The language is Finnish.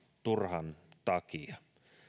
turhan takia